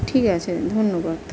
ঠিক আছে ধন্যবাদ